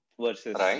versus